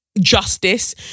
Justice